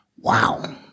wow